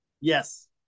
Yes